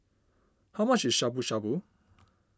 how much is Shabu Shabu